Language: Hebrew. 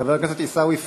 חבר הכנסת עיסאווי פריג',